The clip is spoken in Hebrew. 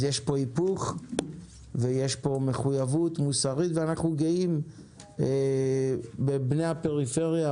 אז יש פה היפוך ויש פה מחויבות מוסרית ואנחנו גאים בבני הפריפריה,